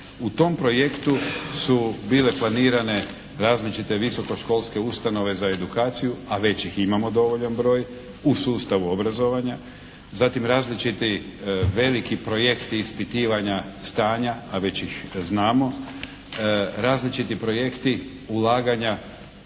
u tom projektu su bile planirane različite visokoškolske ustanove za edukaciju, a već ih imamo dovoljan broj u sustavu obrazovanja. Zatim različiti veliki projekti i ispitivanja stanja a već ih znamo. Različiti projekti ulaganja